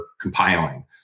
compiling